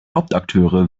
hauptakteure